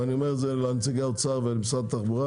ואני אומר את זה לנציגי האוצר ומשרד התחבורה